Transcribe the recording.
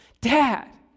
Dad